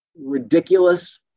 ridiculous